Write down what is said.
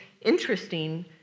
interesting